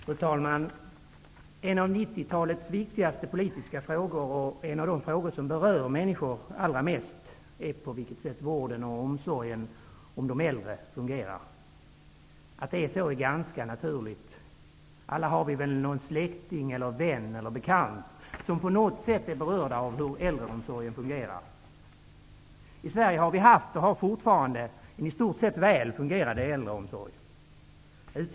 Fru talman! En av 90-talets viktigaste politiska frågor och en av de frågor som berör människor allra mest är på vilket sätt vården och omsorgen om de äldre fungerar. Att det är så är ganska naturligt. Alla har vi någon släkting eller någon vän eller bekant som på något sätt är berörd av hur äldreomsorgen fungerar. I Sverige har vi haft och har fortfarande en i stort sett väl fungerande äldreomsorg.